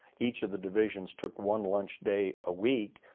each of the divisions took one lunch day a week.